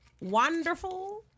wonderful